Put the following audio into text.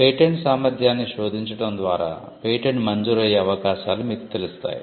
patent సామర్థ్యాన్ని శోధించడం ద్వారా పేటెంట్ మంజూరు అయ్యే అవకాశాలు మీకు తెలుస్తాయి